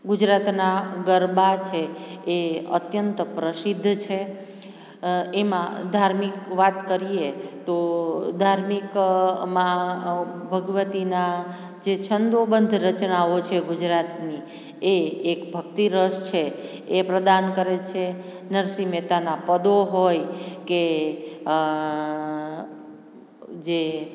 ગુજરાતનાં ગરબા છે એ અત્યંત પ્રસિદ્ધ છે એમાં ધાર્મિક વાત કરીએ તો ધાર્મિક માં ભગવતીના જે છંદો બંધ રચનાઓ છે ગુજરાતની એ એક ભક્તિ રસ છે એ પ્રદાન કરે છે નરસિહ મહેતના પદો હોય કે જે